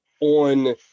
on